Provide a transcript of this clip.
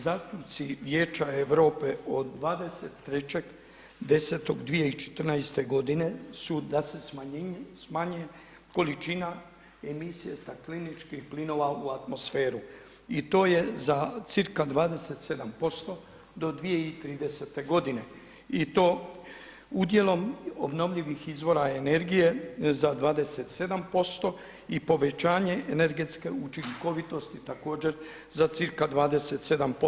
Zaključci Vijeća Europe od 23.10.2014. godine su da se smanjuje količina emisije stakleničkih plinova u atmosferu i to je za cirka 27% do 2030. godine i to udjelom obnovljivih izvora energije za 27% i povećanje energetske učinkovitosti također za cirka 27%